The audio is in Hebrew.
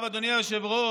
אל תדאג,